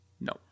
No